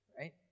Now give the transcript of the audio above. right